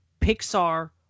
Pixar